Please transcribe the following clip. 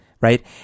Right